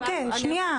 שנייה,